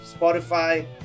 Spotify